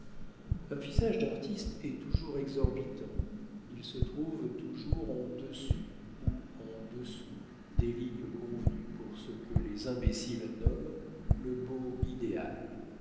un visage d'artiste est toujours exorbitant il se trouve toujours en dessus ou en dessous des lignes convenues pour ce que les imbéciles nomment le beau idéal